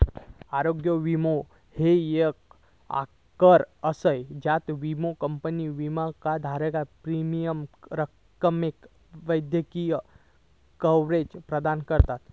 आरोग्य विमो ह्यो येक करार असा ज्यात विमो कंपनी विमाधारकाक प्रीमियम रकमेक वैद्यकीय कव्हरेज प्रदान करता